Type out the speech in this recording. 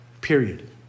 Period